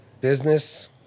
business